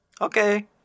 Okay